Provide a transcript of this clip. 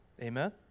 Amen